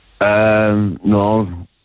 no